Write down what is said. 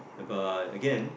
about again